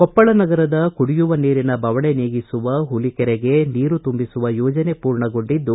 ಕೊಪ್ಪಳ ನಗರದ ಕುಡಿಯುವ ನೀರಿನ ಬವಣೆ ನೀಗಿಸುವ ಹುಲಿಕೆರೆಗೆ ನೀರು ತುಂಬಿಸುವ ಯೋಜನೆ ಪೂರ್ಣಗೊಂಡಿದ್ದು